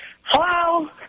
Hello